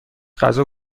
غذا